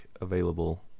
available